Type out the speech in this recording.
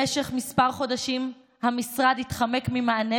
במשך כמה חודשים המשרד התחמק ממענה,